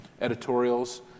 editorials